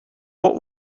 what